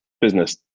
business